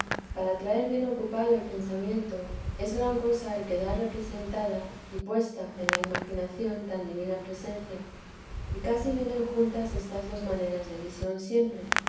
para traer bien ocupado el pensamiento es gran cosa el quedar representada y puesta en la imaginación tan divina presencia y casi vienen juntas estas dos maneras de visión siempre